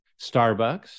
Starbucks